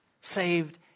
saved